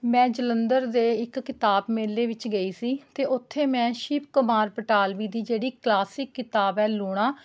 ਮੈਂ ਜਲੰਧਰ ਦੇ ਇੱਕ ਕਿਤਾਬ ਮੇਲੇ ਵਿੱਚ ਗਈ ਸੀ ਅਤੇ ਉੱਥੇ ਮੈਂ ਸ਼ਿਵ ਕੁਮਾਰ ਬਟਾਲਵੀ ਦੀ ਜਿਹੜੀ ਕਲਾਸਿਕ ਕਿਤਾਬ ਹੈ ਲੂਣਾ